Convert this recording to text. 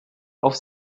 auf